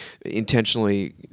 intentionally